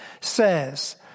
says